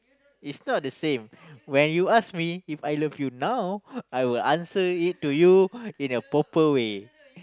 is not the same when you ask me If I love you now I will answer you it to you in a proper way